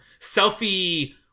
Selfie